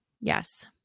Yes